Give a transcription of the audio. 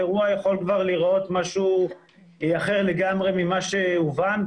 האירוע יכול כבר להיראות אחרת לגמרי ממה שהובן,